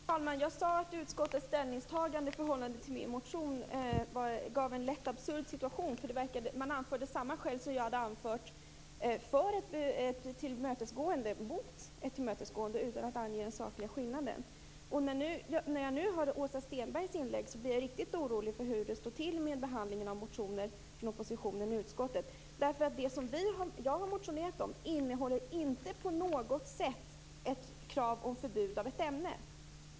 Fru talman! Jag sade att utskottets ställningstagande till min motion gav upphov till en lätt absurd situation. Man anför där samma skäl som jag har anfört för ett tillmötesgående mot ett tillmötesgående, utan att ange den sakliga skillnaden. När jag nu hör Åsa Stenbergs inlägg blir jag riktigt orolig för hur det står till med utskottets behandling av motioner väckta av oppositionen. Det som jag har motionerat om innehåller inte på något sätt ett krav på förbud av ett ämne.